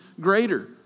greater